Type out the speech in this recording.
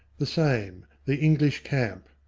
the same. the english camp.